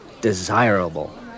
desirable